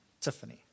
Tiffany